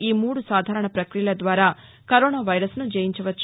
ఈ మూడు సాధారణ ప్రక్రియల ద్వారా కరోనా వైరస్ను జయించవచ్చు